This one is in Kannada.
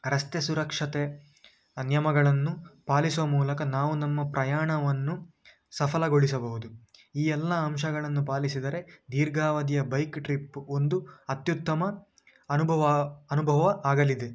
ರಸ್ತೆ ಸುರಕ್ಷತೆ ನಿಯಮಗಳನ್ನು ಪಾಲಿಸುವ ಮೂಲಕ ನಾವು ನಮ್ಮ ಪ್ರಯಾಣವನ್ನು ಸಫಲಗೊಳಿಸಬಹುದು ಈ ಎಲ್ಲ ಅಂಶಗಳನ್ನು ಪಾಲಿಸಿದರೆ ದೀರ್ಘಾವಧಿಯ ಬೈಕ್ ಟ್ರಿಪ್ ಒಂದು ಅತ್ಯುತ್ತಮ ಅನುಭವ ಅನುಭವ ಆಗಲಿದೆ